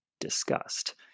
discussed